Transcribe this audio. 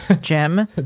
Jim